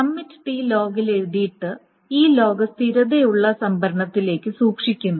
commit ടി ലോഗിൽ എഴുതിയിട്ട് ഈ ലോഗ് സ്ഥിരതയുള്ള സംഭരണത്തിലേക്ക് സൂക്ഷിക്കുന്നു